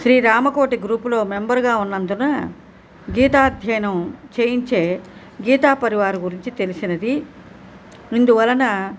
శ్రీరామకోటి గ్రూపులో మెంబర్గా ఉన్నందునా గీతా అధ్యయనం చేయించే గీతా పరివార్ గురించి తెలిసినది ఇందువలనా